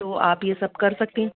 तो आप यह सब कर सकते हैं